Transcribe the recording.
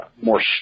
more